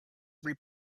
every